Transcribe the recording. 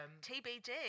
TBD